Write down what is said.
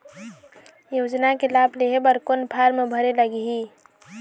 योजना के लाभ लेहे बर कोन फार्म भरे लगही?